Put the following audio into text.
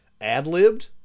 ad-libbed